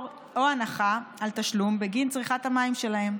או בהנחה על תשלום בגין צריכת המים שלהם.